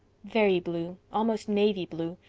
very blue. almost navy blue.